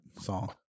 song